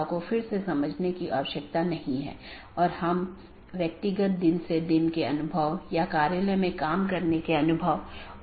interior gateway protocol में router को एक ऑटॉनमस सिस्टम के भीतर जानकारी का आदान प्रदान करने की अनुमति होती है